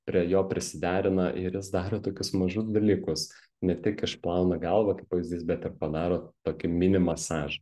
prie jo prisiderina ir jis daro tokius mažus dalykus ne tik išplauna galvą kaip pavyzdys bet ir padaro tokį mini masažą